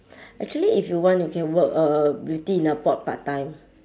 actually if you want you can work uh beauty in a pot part time